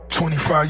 25